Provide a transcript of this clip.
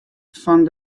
fan